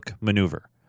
maneuver